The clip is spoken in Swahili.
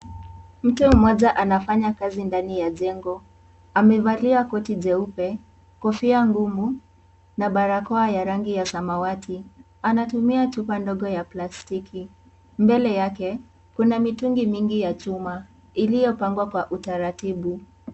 Mtu mmoja anafanya kazi ndani ya jengo amevalia koti jeupe kofia ngumu na barakoa ya rangi ya samawati anatumia chupa ndogo ya plasitiki mbele yake kuna mitungi mingi ya chuma iliyo pangwa kwa utaratibu.